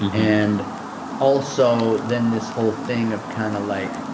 and also then this whole thing of kind of like,